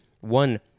One